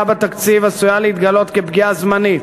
בתקציב עשויה להתגלות כפגיעה זמנית.